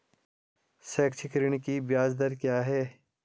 शैक्षिक ऋण की ब्याज दर क्या है?